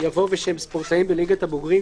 יבוא "ושהם ספורטאים בליגת הבוגרים,